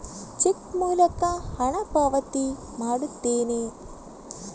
check ಮೂಲಕ ಹಣ ಪಾವತಿ ಮಾಡುತ್ತೇನೆ